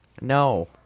No